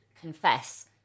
confess